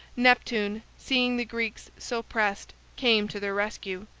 neptune, seeing the greeks so pressed, came to their rescue.